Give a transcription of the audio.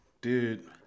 dude